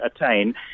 attain